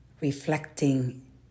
reflecting